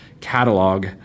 catalog